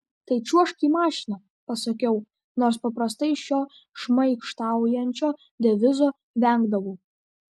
tai čiuožk į mašiną pasakiau nors paprastai šio šmaikštaujančio devizo vengdavau